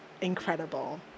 incredible